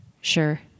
Sure